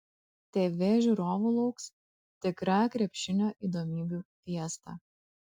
tv žiūrovų lauks tikra krepšinio įdomybių fiesta